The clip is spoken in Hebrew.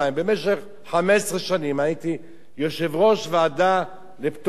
במשך 15 שנים הייתי יושב-ראש ועדה לפטור,